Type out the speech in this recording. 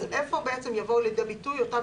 אז איפה בעצם יבואו לידי ביטוי אותן